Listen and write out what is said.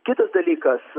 kitas dalykas